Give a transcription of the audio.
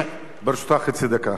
ברשותך, חצי דקה.